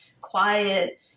quiet